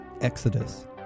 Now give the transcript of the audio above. Exodus